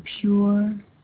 pure